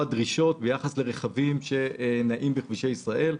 דרישות ביחס לרכבים שנעים בכבישי ישראל.